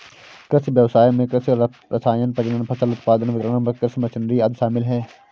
कृषि व्ययसाय में कृषि रसायन, प्रजनन, फसल उत्पादन, वितरण, कृषि मशीनरी आदि शामिल है